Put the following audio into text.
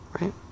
right